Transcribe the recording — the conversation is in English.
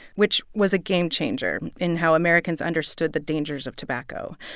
which was a game changer in how americans understood the dangers of tobacco.